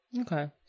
okay